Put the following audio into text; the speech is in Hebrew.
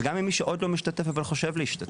וגם למי שעוד לא משתתף אבל חושב להשתתף.